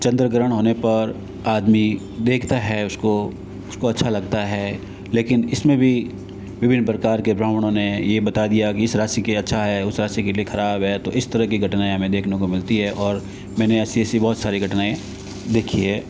चंद्र ग्रहण होने पर आदमी देखता है उसको उसको अच्छा लगता है लेकिन इसमे भी विभिन्न प्रकार के ब्राह्मणों ने ये बता दिया की इस राशि के लिए अच्छा है उस राशि के लिए खराब है तो इस तरीके की घटनाएँ हमें देखने को मिलती है और मैंने ऐसी ऐसी बहुत सारी घटनाएँ देखी है